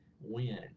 Win